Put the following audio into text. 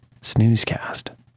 snoozecast